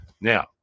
Now